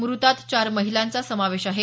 मृतात चार महिलांचा समावेश आहे